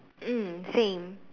mm same